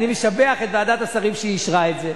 אני משבח את ועדת השרים, שאישרה את זה,